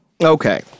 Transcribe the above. Okay